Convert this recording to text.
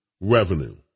revenue